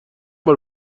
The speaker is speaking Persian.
بار